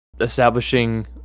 establishing